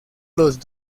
los